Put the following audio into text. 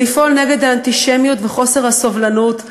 ולפעול נגד האנטישמיות וחוסר הסובלנות,